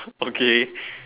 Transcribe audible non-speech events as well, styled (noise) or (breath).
okay (breath)